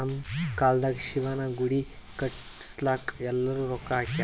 ನಮ್ ಕಾಲ್ದಾಗ ಶಿವನ ಗುಡಿ ಕಟುಸ್ಲಾಕ್ ಎಲ್ಲಾರೂ ರೊಕ್ಕಾ ಹಾಕ್ಯಾರ್